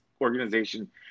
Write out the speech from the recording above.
organization